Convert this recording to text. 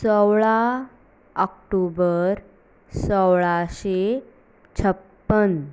सोळा ऑक्टोबर सोळाशें छप्पन